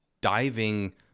diving